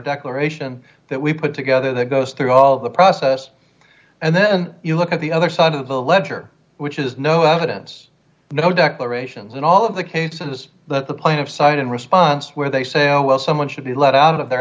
declaration that we put together that goes through all the process and then you look at the other side of the ledger which is no evidence no declarations and all of the cases that the plaintiff side in response where they say oh well someone should be let out of their